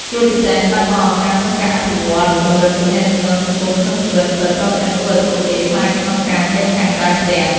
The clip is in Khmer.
ជាពិសេស បាត់បង់ឱកាសក្នុងការអភិវឌ្ឍ ពង្រឹងទំនាក់ទំនងសង្គមក្នុងជីវិតពិត ព្រមទាំងធ្វើឲ្យពួកគេខ្លាចក្នុងការចេញខាងក្រៅផ្ទះ។